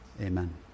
Amen